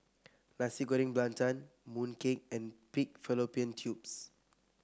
Nasi Goreng Belacan Mooncake and Pig Fallopian Tubes